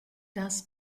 das